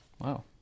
Wow